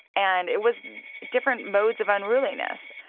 and it was different modes of unruliness.